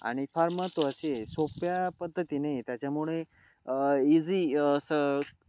आणि फार महत्त्वाची आहे सोप्या पद्धतीने आहे त्याच्यामुळे इझी असं